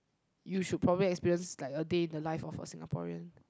you should probably experience like a day in the life of a Singaporean